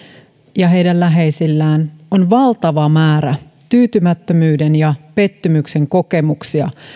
ja heidän läheisillään on valtava määrä tyytymättömyyden ja pettymyksen kokemuksia